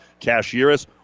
Cashieris